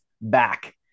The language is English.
back